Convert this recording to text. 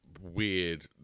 weird